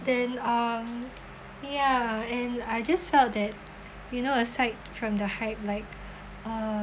then um ya and I just felt that you know aside from the hype like um